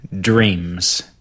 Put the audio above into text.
dreams